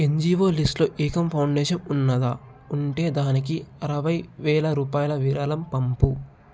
NGO లిస్ట్లో Ekam foundation ఉన్నదా ఉంటే దానికి అరవై వేల రూపాయల విరాళం పంపు